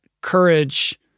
courage